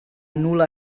nul·la